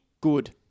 good